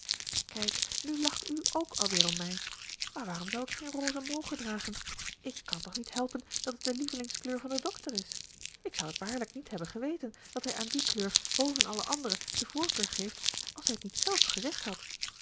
kijk nu lacht u k alweer om mij maar waarom zou ik geen rose mogen dragen ik kan toch niet helpen dat het de lievelingskleur van den dokter is ik zou t waarlijk niet hebben geweten dat hij aan die kleur boven alle andere de voorkeur geeft als hij t niet zelf gezegd had